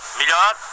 melhor